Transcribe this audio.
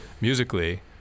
musically